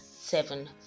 seven